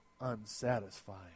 unsatisfying